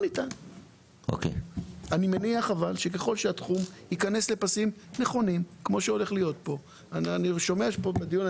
אני מציע להתקדם בדיון,